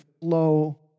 flow